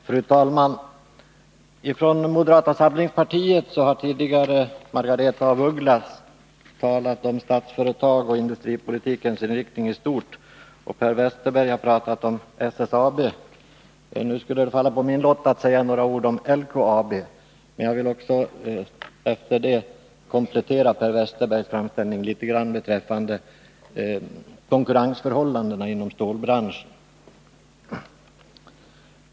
Fru talman! Från moderata samlingspartiet har tidigare Margaretha af Ugglas talat om Statsföretag och industripolitikens inriktning i stort och Per Westerberg har talat om SSAB. Det har fallit på min lott att nu tala om LKAB. Men jag vill efter detta något komplettera Per Westerbergs framställning beträffande konkurrensförhållandena inom stålbranschen.